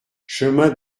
chemin